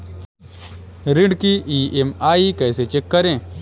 ऋण की ई.एम.आई कैसे चेक करें?